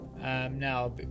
Now